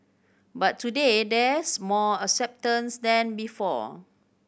but today there's more acceptance than before